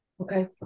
Okay